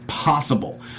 possible